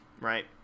right